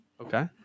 Okay